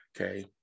okay